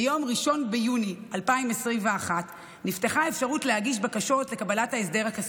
ביום 1 ביוני 2021 נפתחה אפשרות להגיש בקשות לקבלת ההסדר הכספי,